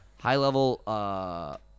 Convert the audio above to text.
high-level